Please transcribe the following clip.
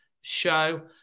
show